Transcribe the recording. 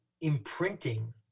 imprinting